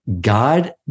God